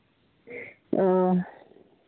ᱚ